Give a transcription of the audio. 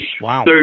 Wow